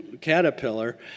caterpillar